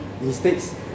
mistakes